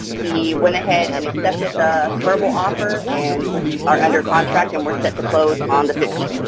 he went ahead and accepted the verbal offer and we are under contract and we're set to close on the fifteenth.